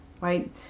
right